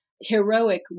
heroic